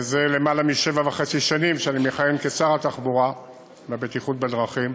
זה יותר משבע וחצי שנים שאני מכהן כשר התחבורה והבטיחות בדרכים,